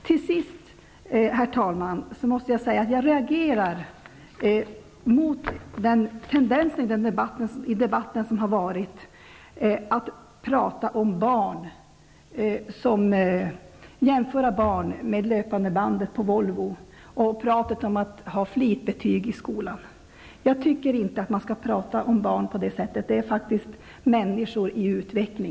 Till sist måste jag säga, herr talman, att jag reagerar mot tendensen i debatten, att jämföra barn med löpande bandet på Volvo och mot pratet om flitbetyg i skolan. Jag tycker inte att man skall prata om barn på det sättet. Det handlar faktiskt om människor i utveckling.